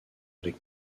avec